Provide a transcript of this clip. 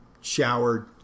showered